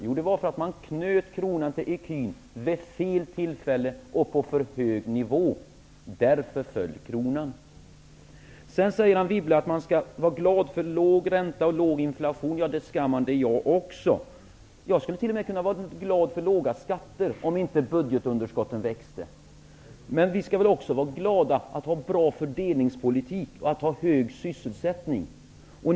Jo, det var därför att kronan vid fel tillfälle och på för hög nivå knöts till ecun. Därför föll kronan. Vidare säger Anne Wibble att man skall vara glad över låg ränta och låg inflation. Det skall man vara, och det är jag också. Om inte budgetunderskotten växte skulle jag t.o.m. kunna vara glad över låga skatter. Men vi skall väl också vara glad över att ha en bra fördelningspolitik och en hög sysselsättning.